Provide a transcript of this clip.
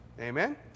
Amen